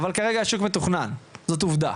אבל כרגע השוק מתוכנן וזאת עובדה.